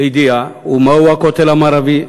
לידיעה, ומהו הכותל המערבי?